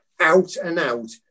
out-and-out